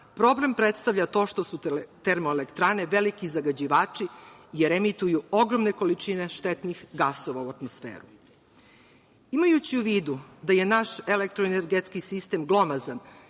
problem predstavlja to što su te termoelektrane veliki zagađivači jer reemitiju ogromne količine štetnih gasova u atmosferu. Imajući u vidu da je naš elektro-energetski sistem glomazan